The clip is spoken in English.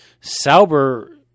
Sauber